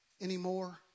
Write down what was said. anymore